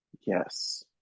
yes